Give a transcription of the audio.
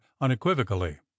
unequivocally